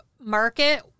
market